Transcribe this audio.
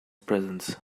presence